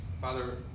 Father